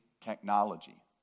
technology